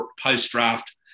post-draft